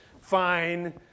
Fine